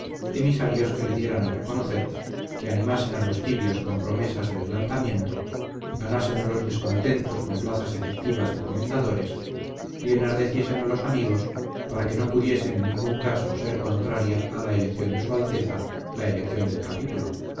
emisarios que le dieran a reconocer que animasen a los tibios con promesas de adelantamiento ganasen a los descontentos con plazas efectivas de comendadores y enardeciesen a los amigos para que no pudiese en ningún caso ser contraria a la elección de su alteza la elección del capítulo